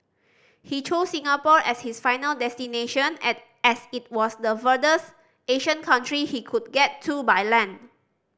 he chose Singapore as his final destination and as it was the furthest Asian country he could get to by land